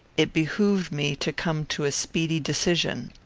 it behooved me to come to a speedy decision.